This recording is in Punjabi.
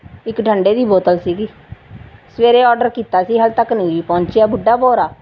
ਇੱਕ ਠੰਡੇ ਦੀ ਬੋਤਲ ਸੀਗੀ ਸਵੇਰੇ ਔਡਰ ਕੀਤਾ ਸੀ ਹਲੇ ਤੱਕ ਨਹੀਂ ਜੀ ਪਹੁੰਚਿਆ ਬੁੱਢਾ ਭੋਰਾ